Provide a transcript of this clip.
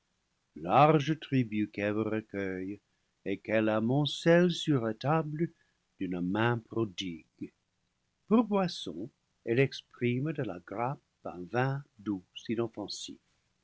large tribut qu'eve recueille et qu'elle amoncelle sur la table d'une main prodigue pour boisson elle exprime de la grappe un vin doux